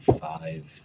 five